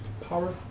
power